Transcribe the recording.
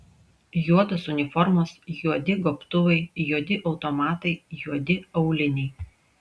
juodos uniformos juodi gobtuvai juodi automatai juodi auliniai